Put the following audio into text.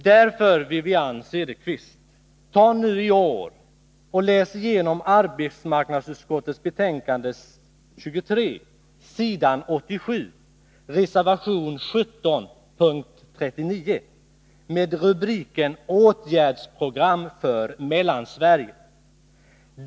Därför, Wivi-Anne Cederqvist, ta nu i år och läs igenom arbetsmarknadsutskottets betänkande 23, s. 87, reservation 17 med rubriken Åtgärdsprogram för Mellansverige.